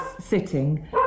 sitting